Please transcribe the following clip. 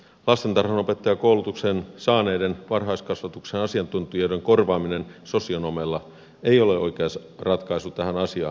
lastentarhanopettajakoulutuksen saaneiden varhaiskasvatuksen asiantuntijoiden korvaaminen sosionomeilla ei ole oikea ratkaisu tähän asiaan